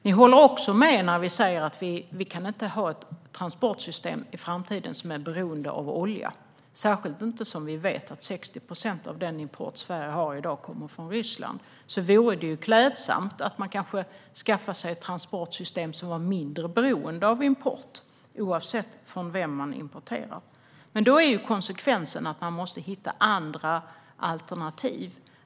Ni håller också med om att vi inte kan ha ett transportsystem i framtiden som är beroende av olja, särskilt inte som vi vet att 60 procent av den import Sverige har i dag kommer från Ryssland. Det vore klädsamt att skaffa sig ett transportsystem som är mindre beroende av import, oavsett vem man importerar från. Men då blir konsekvensen att man måste hitta andra alternativ.